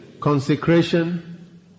Consecration